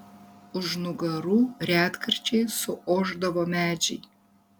už nugarų retkarčiais suošdavo medžiai